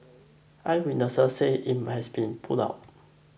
eyewitnesses say it has been put out